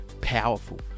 powerful